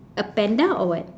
a panda or what